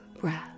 breath